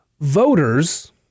Voters